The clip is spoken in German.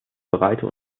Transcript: breite